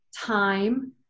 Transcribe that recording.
time